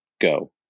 Go